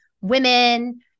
women